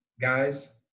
guys